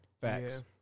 Facts